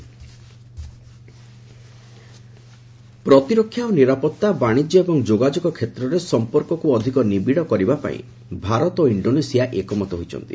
India Indonesia ପ୍ରତିରକ୍ଷା ଓ ନିରାପତ୍ତା ବାଣିଜ୍ୟ ଏବଂ ଯୋଗାଯୋଗ କ୍ଷେତ୍ରରେ ସମ୍ପର୍କକୁ ଅଧିକ ନିବିଡ଼ କରିବା ପାଇଁ ଭାରତ ଓ ଇଣ୍ଡୋନେସିଆ ଏକମତ ହୋଇଛନ୍ତି